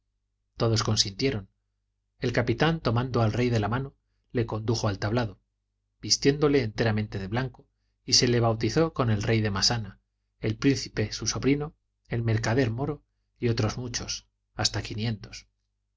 todos consintieron el capitán tomando al rey de la mano le condujo al tablado vistiéronle enteramente de blanco y se le bautizó con el rey de massana el príncipe su sobrino el mercader moro y otros muchos hasta quinientos